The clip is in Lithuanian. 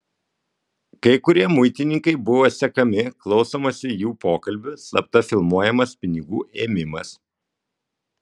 kai kurie muitininkai buvo sekami klausomasi jų pokalbių slapta filmuojamas pinigų ėmimas